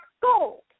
gold